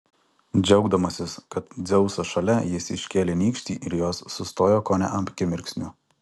džiaugdamasis kad dzeusas šalia jis iškėlė nykštį ir jos sustojo kone akimirksniu